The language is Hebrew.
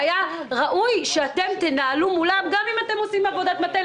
היה ראוי שאתם תנהלו מולם גם אם אתם עושים עבודת מטה,